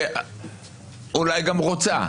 ואולי גם רוצה